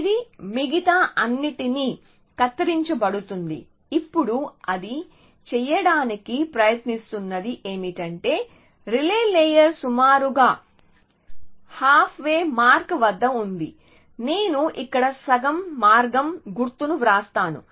ఇది మిగతా అన్నిటిని కత్తిరించబడుతుంది ఇప్పుడు అది చేయడానికి ప్రయత్ని స్తున్నది ఏమిటంటే రిలే లేయర్ సుమారుగా హాఫ్ వే మార్క్ వద్ద ఉంది నేను ఇక్కడ సగం మార్గం గుర్తును వ్రాస్తాను